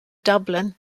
dublin